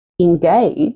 engage